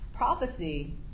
Prophecy